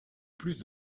plus